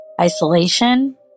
Isolation